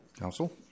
Counsel